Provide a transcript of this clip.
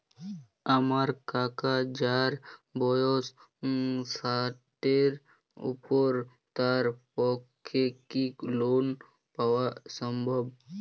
আমার কাকা যাঁর বয়স ষাটের উপর তাঁর পক্ষে কি লোন পাওয়া সম্ভব?